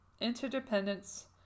interdependence